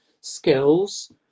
skills